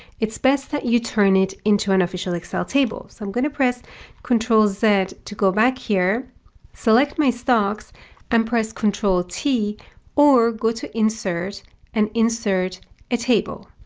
it's best that you turn it into an official excel table. so i'm going to press control z to go back here select my stocks and press control t or go to insert and insert a table.